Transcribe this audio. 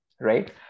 right